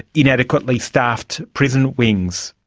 inadequately staffed prison wings.